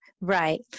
Right